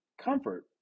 comfort